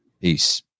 Peace